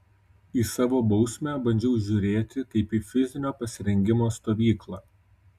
į savo bausmę bandžiau žiūrėti kaip į fizinio pasirengimo stovyklą